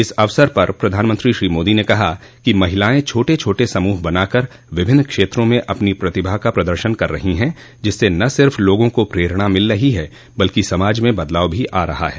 इस अवसर पर प्रधानमंत्री श्री मोदी ने कहा कि महिलाएं छोटे छोटे समूह बनाकर विभिन्न क्षेत्रों में अपनी प्रतिभा का प्रदर्शन कर रही हैं जिससे न सिर्फ लोगों को प्रेरणा मिल रही है बल्कि समाज में बदलाव आ रहा है